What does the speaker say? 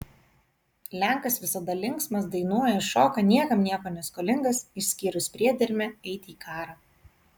lenkas visada linksmas dainuoja šoka niekam nieko neskolingas išskyrus priedermę eiti į karą